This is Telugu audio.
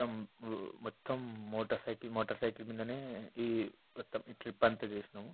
మొత్తం మొత్తం మోటర్ సైకిల్ మోటర్ సైకిల్ మీదనే ఈ మొత్తం ఈ ట్రిప్ అంతా చేసినాము